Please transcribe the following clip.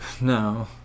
no